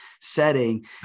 setting